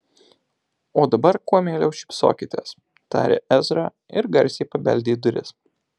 o dabar kuo meiliau šypsokitės tarė ezra ir garsiai pabeldė į duris